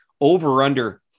over-under